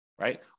right